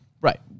right